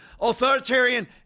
authoritarian